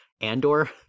Andor